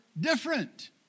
different